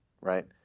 right